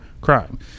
crime